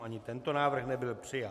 Ani tento návrh nebyl přijat.